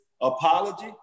apology